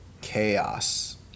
Chaos